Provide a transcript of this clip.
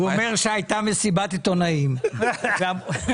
הוא אומר שהייתה מסיבת עיתונאים ב-2018,